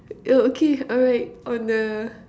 oh okay alright on the